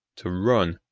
to run,